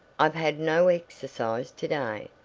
i've had no exercise to-day,